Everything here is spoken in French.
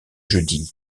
jeudi